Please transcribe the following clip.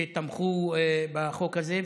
שתמכו בחוק הזה,